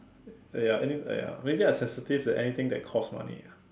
ya ya maybe I sensitive to anything that cost money ah